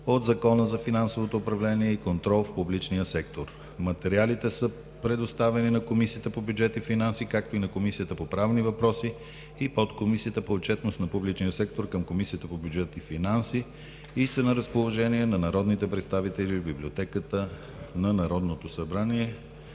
от Закона за финансовото управление и контрол в публичния сектор. Материалите са предоставени на Комисията по бюджет и финанси, както и на Комисията по правни въпроси и Подкомисията по отчетност на публичния сектор към Комисията по бюджет и финанси, както и на Комисията по правни въпроси и на Подкомисията